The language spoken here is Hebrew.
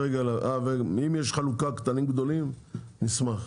ואם יש חלוקה קטנים וגדולים נשמח.